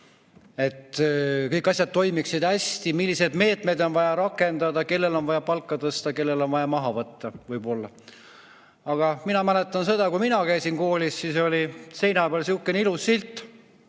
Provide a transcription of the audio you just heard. et kõik asjad toimiksid hästi, milliseid meetmeid on vaja rakendada, kellel on vaja palka tõsta, kellel on vaja [palka] maha võtta, võib-olla. Aga mina mäletan seda, et kui mina käisin koolis, oli seina peal sihuke ilus silt